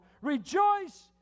Rejoice